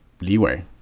leeway